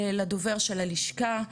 לדובר של הלשכה,